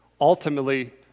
ultimately